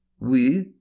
We